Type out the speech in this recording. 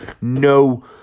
no